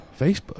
Facebook